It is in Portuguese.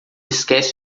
esquece